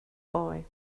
boy